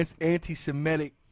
anti-Semitic